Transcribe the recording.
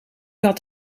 had